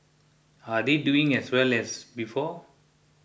are they doing as well as before